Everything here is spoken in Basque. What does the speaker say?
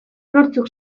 nortzuk